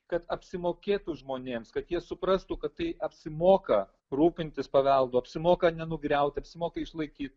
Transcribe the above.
kad apsimokėtų žmonėms kad jie suprastų kad tai apsimoka rūpintis paveldu apsimoka nenugriauti apsimoka išlaikyt